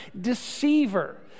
deceiver